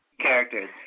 characters